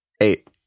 Eight